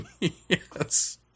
Yes